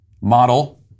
model